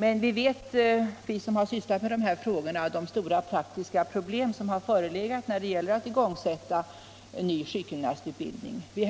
Men vi som har sysslat med dessa frågor vet vilka stora praktiska problem som förelegat när det gällt att igångsätta en ny sjukgymnastutbildning. För